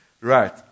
Right